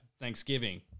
Thanksgiving